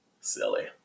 Silly